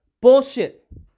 bullshit